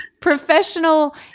professional